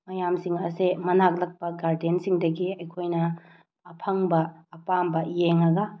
ꯃꯌꯥꯝꯁꯤꯡ ꯑꯁꯦ ꯃꯅꯥꯛ ꯅꯛꯄ ꯒꯥꯔꯗꯦꯟꯁꯤꯡꯗꯒꯤ ꯑꯩꯈꯣꯏꯅ ꯑꯐꯪꯕ ꯑꯄꯥꯝꯕ ꯌꯦꯡꯉꯒ